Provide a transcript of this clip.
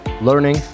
learning